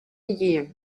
year